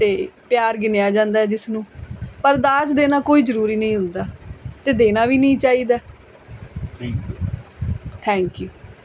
ਅਤੇ ਪਿਆਰ ਗਿਣਿਆ ਜਾਂਦਾ ਜਿਸ ਨੂੰ ਪਰ ਦਾਜ ਦੇਣਾ ਕੋਈ ਜ਼ਰੂਰੀ ਨਹੀਂ ਹੁੰਦਾ ਅਤੇ ਦੇਣਾ ਵੀ ਨਹੀਂ ਚਾਹੀਦਾ ਥੈਂਕ ਯੂ